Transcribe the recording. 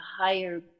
higher